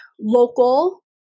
local